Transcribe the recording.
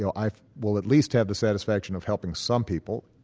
yeah i will at least have the satisfaction of helping some people.